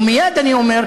ומייד אני אומר,